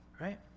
right